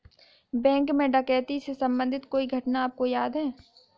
Bank में डकैती से संबंधित कोई घटना आपको याद है?